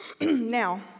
Now